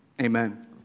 Amen